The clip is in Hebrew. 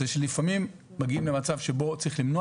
זה שלפעמים מגיעים למצב שבו צריך למנוע